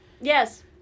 Yes